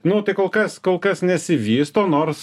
nu tai kol kas kol kas nesivysto nors